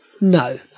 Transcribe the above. No